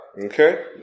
Okay